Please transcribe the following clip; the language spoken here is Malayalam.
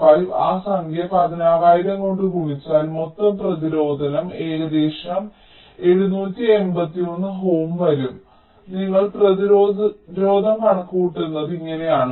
05 ആ സംഖ്യ 16000 കൊണ്ട് ഗുണിച്ചാൽ മൊത്തം പ്രതിരോധം ഏകദേശം 781 ohm വരും അതിനാൽ നിങ്ങൾ പ്രതിരോധം കണക്കുകൂട്ടുന്നത് ഇങ്ങനെയാണ്